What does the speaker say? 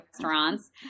restaurants